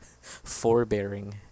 forbearing